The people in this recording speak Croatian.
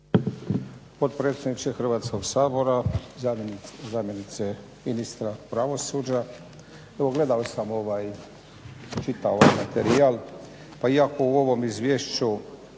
Potpredsjedniče Hrvatskog sabora, zamjenice ministra pravosuđa. Evo gledao sam ovaj, čitao ovaj materijal pa iako u ovom izvješću